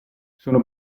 sono